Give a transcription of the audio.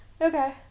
okay